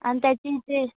आणि त्याची ते